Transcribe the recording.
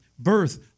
Birth